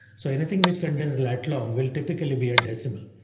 so anything which contains lat long will typically be a decimal.